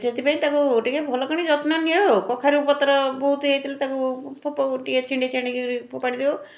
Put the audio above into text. ସେଥିପାଇଁ ତାକୁ ଟିକିଏ ଭଲ କିଣି ଯତ୍ନ ନିଏ ଆଉ କଖାରୁ ପତ୍ର ବହୁତ ହେଇଥିଲେ ତାକୁ ଫୋପ ଟିକିଏ ଛିଣ୍ଡେଇ ଛାଣ୍ଡେଇ କରି ଫୋପାଡ଼ି ଦେଉ